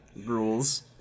rules